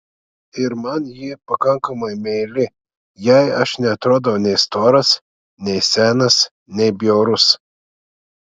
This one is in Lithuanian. ir man ji pakankamai meili jai aš neatrodau nei storas nei senas nei bjaurus